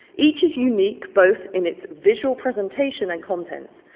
each is unique both in its visual presentation and contents.